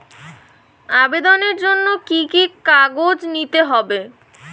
আবেদনের জন্য কি কি কাগজ নিতে হবে?